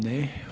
Ne.